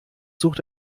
sucht